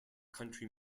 country